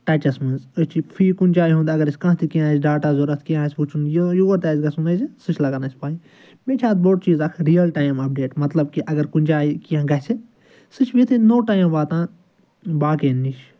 ٹچس منٛز أسۍ چھِ فی کُنہِ جایہِ ہُنٛد اگر أسۍ کانٛہہ تہِ کینٛہہ اسہِ ڈاٹا ضوٚرتھ کینٛہہ آسہِ وٕچھُن یا یور تہِ آسہِ گژھُن اسہِ سُہ چھُ لگان اسہِ پاے بیٚیہِ چھُ اتھ بوٚڑ چیٖز اکھ ریل ٹایِم اپڈیٹ مطلب کہِ اگر کُنہِ جایہِ کینٛہہ گژھِ سُہ چھِ وِدٕان نو ٹایم واتان باقٮ۪ن نِش